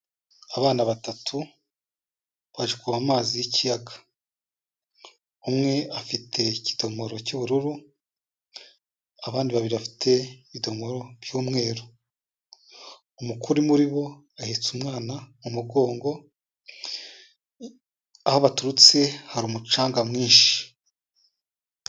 Abana batatu baje kuvoma amazi y'ikiyaga, umwe afite ikidomoro cy'ubururu, abandi babiri bafite ibidumoro by'umweru, umukuru uri muri bo ahetse umwana mu mugongo, aho baturutse hari umucanga mwinshi.